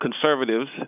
conservatives